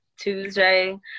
Tuesday